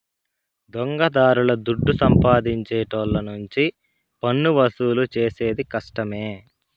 దొంగదారుల దుడ్డు సంపాదించేటోళ్ళ నుంచి పన్నువసూలు చేసేది కష్టమే